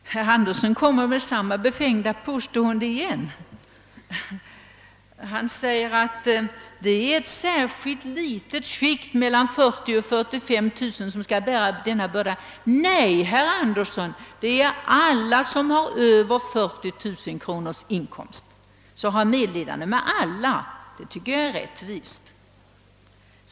Herr talman! Herr Anderson i Sundsvall kommer med samma befängda påstående igen. Han säger att det är ett litet skikt med inkomster mellan 40 000 och 45 000 kronor som skall bära denna börda. Nej, herr Anderson, det är alla som har över 40 000 kronor i inkomst. Ha därför medlidande med alla, det tycker jag är rättvist!